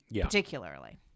particularly